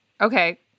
Okay